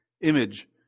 image